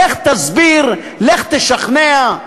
לך תסביר, לך תשכנע.